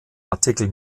artikel